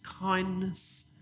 kindness